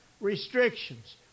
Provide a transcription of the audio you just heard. restrictions